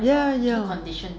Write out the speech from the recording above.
ya ya